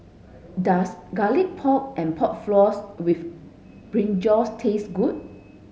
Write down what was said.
does garlic pork and pork floss with brinjal taste good